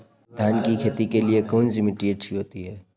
धान की खेती के लिए कौनसी मिट्टी अच्छी होती है?